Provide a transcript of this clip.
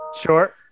Sure